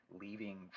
leaving